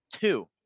Two